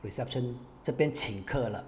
reception 这边请客了